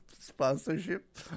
sponsorship